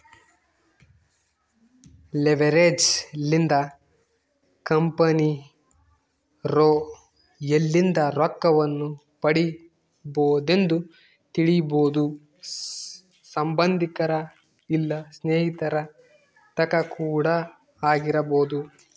leverage ಲಿಂದ ಕಂಪೆನಿರೊ ಎಲ್ಲಿಂದ ರೊಕ್ಕವನ್ನು ಪಡಿಬೊದೆಂದು ತಿಳಿಬೊದು ಸಂಬಂದಿಕರ ಇಲ್ಲ ಸ್ನೇಹಿತರ ತಕ ಕೂಡ ಆಗಿರಬೊದು